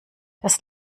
das